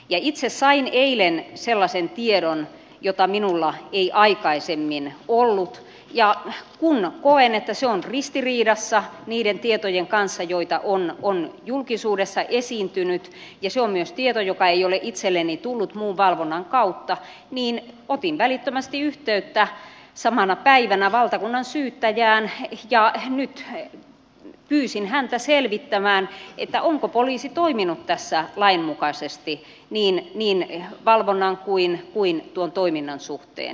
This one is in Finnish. itse sain eilen sellaisen tiedon jota minulla ei aikaisemmin ollut ja kun koen että se on ristiriidassa niiden tietojen kanssa joita on julkisuudessa esiintynyt ja se on myös tieto joka ei ole itselleni tullut muun valvonnan kautta niin otin välittömästi yhteyttä samana päivänä valtakunnansyyttäjään ja pyysin häntä selvittämään onko poliisi toiminut tässä lainmukaisesti niin valvonnan kuin tuon toiminnan suhteen